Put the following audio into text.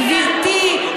גברתי,